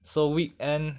so weekend